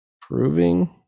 proving